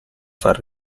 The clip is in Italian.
far